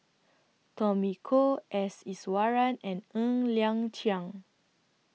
Tommy Koh S Iswaran and Ng Liang Chiang